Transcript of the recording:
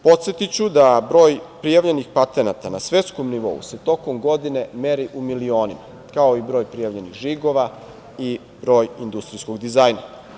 Podsetiću da broj prijavljenih patenata na svetskom nivou se tokom godine meri u milionima, kao i broj prijavljenih žigova i broj industrijskog dizajna.